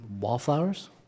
Wallflowers